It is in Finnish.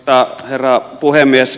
arvoisa herra puhemies